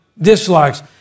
dislikes